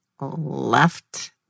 left